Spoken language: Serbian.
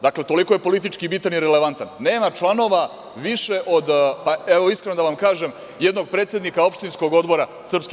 Dakle, toliko je politički bitan i relevantan, a nema članova više od, pa, evo, iskreno da vam kažem, jednog predsednika opštinskog odbora SNS.